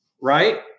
Right